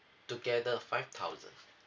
together five thousand